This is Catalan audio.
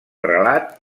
relat